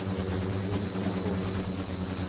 ᱡᱩᱢᱤᱫ ᱱᱟᱠᱚ